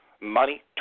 money